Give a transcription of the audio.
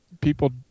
people